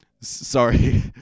Sorry